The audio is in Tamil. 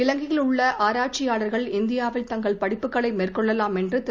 இலங்கையில் உள்ள ஆராய்ச்சியாளர்கள் இந்தியாவில் தங்கள் படிப்புகளை மேற்கொள்ளலாம் என்று திரு